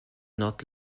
not